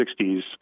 60s